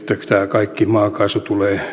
kaikki maakaasu